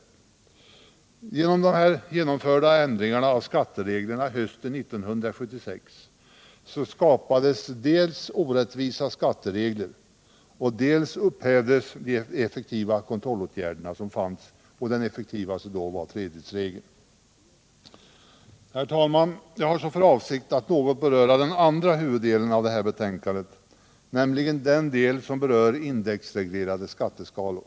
De under hösten 1976 genomförda ändringarna i skattereglerna medförde dels att orättvisa skatteregler skapades, dels att de effektivaste kontrollåtgärderna, bl.a. tredjedelsregeln, upphävdes. Herr talman! Jag har härefter för avsikt att något beröra den andra huvuddelen av betänkandet, nämligen den del som berör indexreglerade skatteskalor.